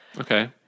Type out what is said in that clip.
Okay